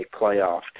playoff